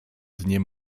dnie